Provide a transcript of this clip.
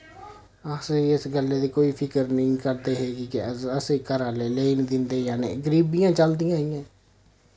अस इस गल्ले दी कोई फिकर नेईं करदे हे कि अस असें घरे आह्ले लेई नि दिंदे जां गरीबियां चलदियां हियां